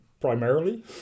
primarily